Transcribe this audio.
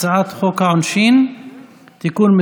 עבאס: תודה, כבוד השר גדעון סער.